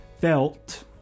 felt